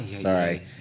sorry